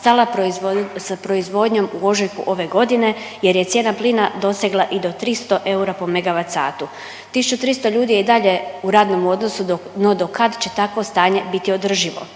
sa proizvodnjom u ožujku ove godine jer je cijena plina dosegla i do 300 eura po megavat satu, 1300 ljudi je i dalje u radnom odnosu, no do kad će takvo stanje biti održivo?